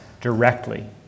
directly